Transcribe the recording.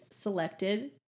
selected